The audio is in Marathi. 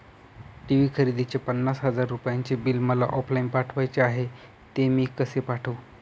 टी.वी खरेदीचे पन्नास हजार रुपयांचे बिल मला ऑफलाईन पाठवायचे आहे, ते मी कसे पाठवू?